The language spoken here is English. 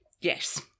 Yes